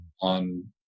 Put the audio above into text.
on